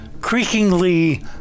creakingly